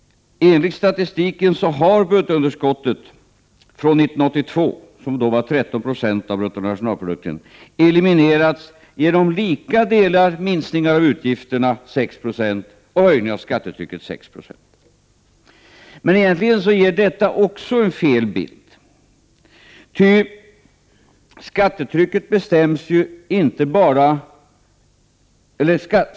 Enligt statistiken har budgetunderskottet från 1982, då det var 13 96 av bruttonationalinkomsten, eliminerats genom lika delar minskning av utgifterna — 6 26 — och höjning av skattetrycket, 6 90. Men egentligen ger detta också en felaktig bild.